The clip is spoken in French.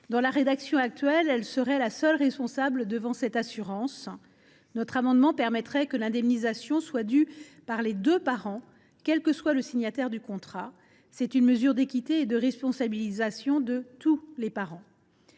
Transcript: Dans la rédaction actuelle, elle serait la seule responsable devant cette assurance. Notre amendement a pour objet que l’indemnisation soit due par les deux parents, quel que soit le signataire du contrat. C’est une mesure d’équité et de responsabilisation de tous les parents.